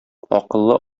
акыллы